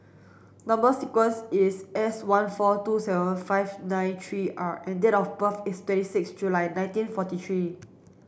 number sequence is S one four two seven five nine three R and date of birth is twenty six July nineteen forty three